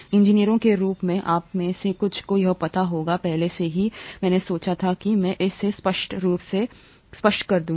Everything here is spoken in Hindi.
इंजीनियरों के रूप में आप में से कुछ को यह पता होगा पहले से ही मैंने सोचा था कि मैं इसे स्पष्ट रूप से स्पष्ट कर दूँगा